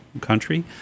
country